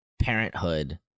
parenthood